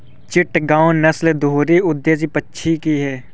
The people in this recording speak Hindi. चिटगांव नस्ल दोहरी उद्देश्य पक्षी की है